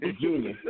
Junior